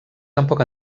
tampoc